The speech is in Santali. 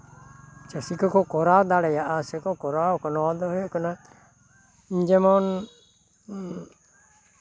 ᱪᱟᱹᱥᱤ ᱠᱚᱠᱚ ᱠᱚᱨᱟᱣ ᱫᱟᱲᱮᱭᱟᱜᱼᱟ ᱟᱨ ᱥᱮᱠᱚ ᱠᱚᱨᱟᱣ ᱟᱠᱚ ᱱᱚᱣᱟ ᱫᱚ ᱦᱩᱭᱩᱜ ᱠᱟᱱᱟ ᱡᱮᱢᱚᱱ